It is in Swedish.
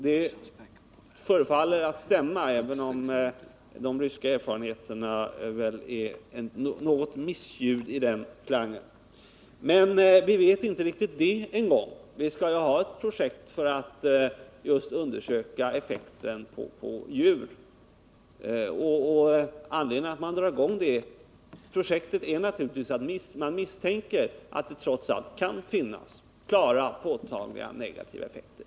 Det förefaller stämma, även om de ryska erfarenheterna väl är ett missljud i den klangen. Men vi vet ju inte riktigt om det stämmer. Det skall genomföras ett projekt för att just undersöka effekten på djur, och anledningen till att man drar i gång det projektet är naturligtvis att man misstänker att det trots allt kan finnas klara och påtagliga negativa effekter.